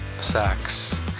sex